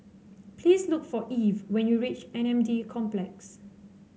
please look for Eve when you reach M N D Complex